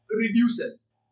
reduces